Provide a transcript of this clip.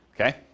Okay